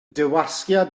dirwasgiad